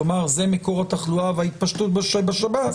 לומר זה מקור התחלואה וההתפשטות בשב"ס